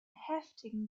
heftigen